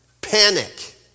Panic